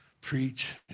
preach